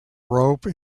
rope